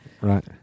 Right